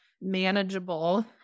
manageable